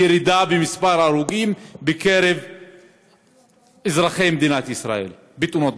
ירידה במספר ההרוגים בקרב אזרחי מדינת ישראל בתאונות דרכים.